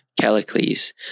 Callicles